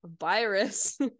virus